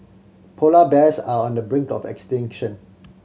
polar bears are on the brink of extinction